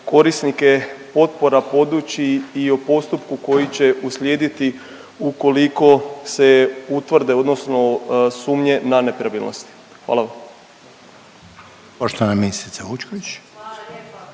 korisnike potpora poduči i o postupku koji će uslijediti ukoliko se utvrde odnosno sumnje na nepravilnosti? Hvala.